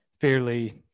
fairly